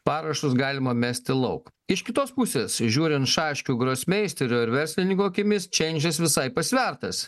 parašus galima mesti lauk iš kitos pusės žiūrint šaškių gros meisterio ir verslininko akimis čeindžas visai pasvertas